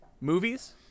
movies